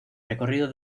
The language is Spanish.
recorrido